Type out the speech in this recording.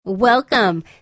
Welcome